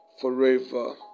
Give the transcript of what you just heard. forever